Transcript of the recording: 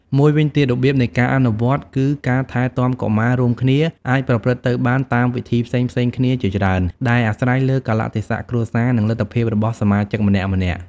មួយវិញទៀត របៀបនៃការអនុវត្ត គឺការថែទាំកុមាររួមគ្នាអាចប្រព្រឹត្តទៅបានតាមវិធីផ្សេងៗគ្នាជាច្រើន ដែលអាស្រ័យលើកាលៈទេសៈគ្រួសារ និងលទ្ធភាពរបស់សមាជិកម្នាក់ៗ។